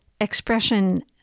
expression